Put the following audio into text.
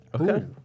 Okay